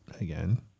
again